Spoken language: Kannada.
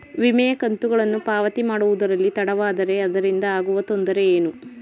ವಿಮೆಯ ಕಂತುಗಳನ್ನು ಪಾವತಿ ಮಾಡುವುದರಲ್ಲಿ ತಡವಾದರೆ ಅದರಿಂದ ಆಗುವ ತೊಂದರೆ ಏನು?